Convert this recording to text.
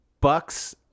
Bucks